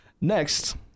Next